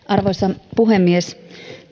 arvoisa puhemies